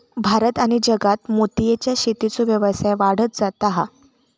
भारत आणि जगात मोतीयेच्या शेतीचो व्यवसाय वाढत जाता हा